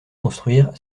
construire